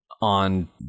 on